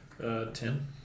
Ten